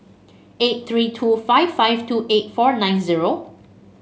eight three two five five two eight four nine zero